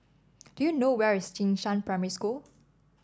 do you know where is Jing Shan Primary School